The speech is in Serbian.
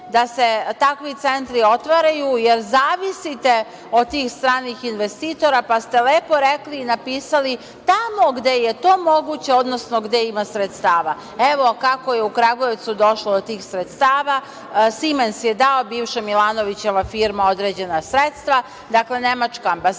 da se takvi centri otvaraju, jer zavisite od tih stranih investitora, pa ste lepo rekli, napisali – tamo gde je to moguće, odnosno gde ima sredstava. Evo kako je u Kragujevcu došlo do tih sredstava. „Simens“ je dao bivšoj Milanovićevoj firmi određena sredstva, dakle, nemačka ambasada,